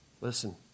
Listen